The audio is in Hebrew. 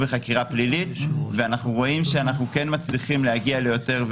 אבל זה ציבור שכן צריך לקבל מענה.